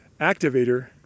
activator